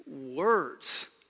words